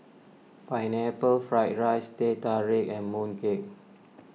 Pineapple Fried Rice Teh Tarik and Mooncake